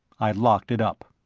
i locked it up.